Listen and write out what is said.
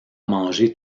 mangé